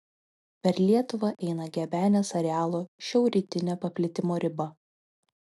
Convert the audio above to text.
per lietuvą eina gebenės arealo šiaurrytinė paplitimo riba